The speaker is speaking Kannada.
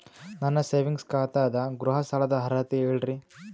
ನನ್ನ ಸೇವಿಂಗ್ಸ್ ಖಾತಾ ಅದ, ಗೃಹ ಸಾಲದ ಅರ್ಹತಿ ಹೇಳರಿ?